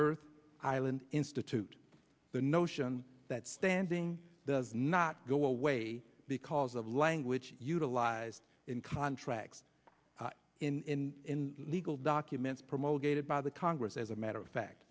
earth island institute the notion that standing does not go away because of language utilized in contracts in legal documents promoted by the congress as a matter of fact